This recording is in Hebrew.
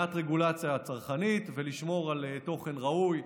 מעט רגולציה צרכנית ולשמור על תוכן ראוי,